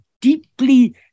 deeply